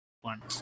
one